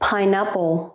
Pineapple